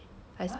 I spent it